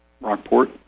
Rockport